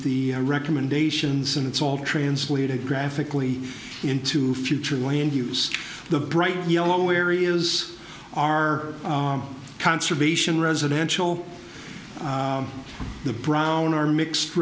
recommendations and it's all translated graphically into future way and use the bright yellow areas are conservation residential the brown are mixed